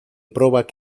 probak